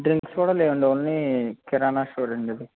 drinks కూడా లేవండి only kirana store అండి ఇది